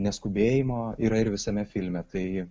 neskubėjimo yra ir visame filme tai